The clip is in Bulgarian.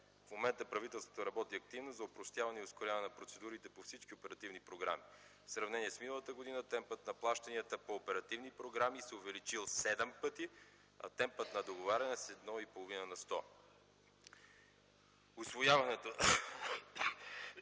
В момента правителството работи активно за опростяване и ускоряване на процедурите по всички оперативни програми. В сравнение с миналата година темпът на плащанията по оперативни програми се е увеличил седем пъти, а темпът на договаряне с 1,5 на сто. Усвояването